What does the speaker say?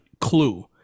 clue